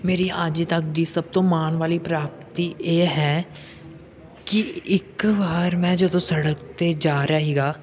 ਮੇਰੀ ਅੱਜ ਤੱਕ ਦੀ ਸਭ ਤੋਂ ਮਾਣ ਵਾਲੀ ਪ੍ਰਾਪਤੀ ਇਹ ਹੈ ਕਿ ਇੱਕ ਵਾਰ ਮੈਂ ਜਦੋਂ ਸੜਕ 'ਤੇ ਜਾ ਰਿਹਾ ਸੀਗਾ